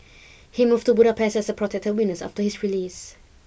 he moved to Budapest as a protected witness after his release